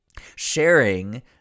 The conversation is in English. Sharing